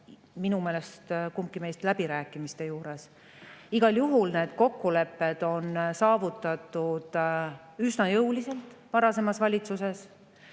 minu meelest kumbki meist läbirääkimiste juures. Igal juhul need kokkulepped olid saavutatud üsna jõuliselt varasemas valitsuses